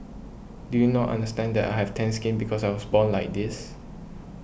do you not understand that I have tanned skin because I was born like this